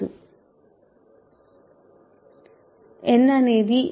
n అనేది 11